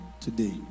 today